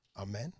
Amen